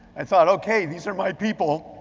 i thought, okay, these are my people.